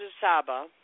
Saba